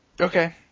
Okay